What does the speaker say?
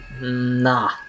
Nah